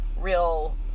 real